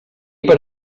per